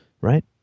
Right